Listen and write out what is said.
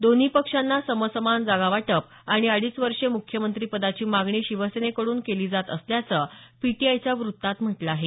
दोन्ही पक्षांना समसमान जागा वाटप आणि अडीच वर्षे म्ख्यमंत्रिपदाची मागणी शिवसेनेकड्रन केली जात असल्याचं पीटीआयच्या वृत्तात म्हटलं आहे